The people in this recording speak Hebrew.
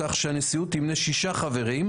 כך שהנשיאות תמנה שישה חברים,